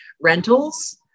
rentals